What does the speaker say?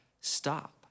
stop